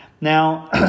Now